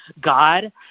God